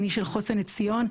אני של חוסן עציון.